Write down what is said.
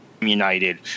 United